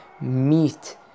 meat